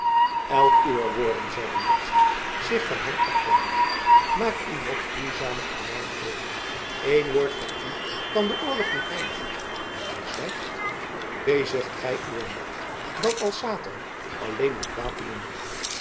elk uwer woorden zeide madzy zich van hem afwendende maakt u nog gruwzamer in mijne oogen eén woord van u kan den oorlog doen eindigen en gij zwijgt bezigt gij uwe macht dan als satan alleen om kwaad te doen